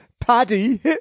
Paddy